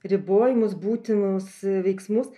ribojimus būtinus veiksmus